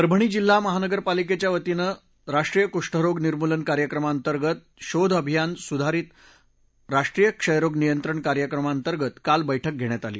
परभणी शहर महपालिकेच्या वतीने राष्ट्रीय कृष्ठरोग निर्मुलन कार्यक्रम तर्गत शोध भियान सुधारीत राष्ट्रीय क्षयरोग नियंत्रण कार्यक्रमांतर्गत काल बैठक घेण्यात आली